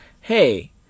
Hey